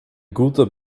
guter